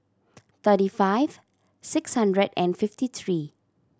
thirty five six hundred and fifty three